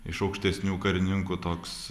iš aukštesnių karininkų toks